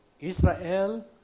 Israel